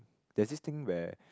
there's this thing where